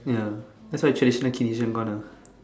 ya that's why actually gone ah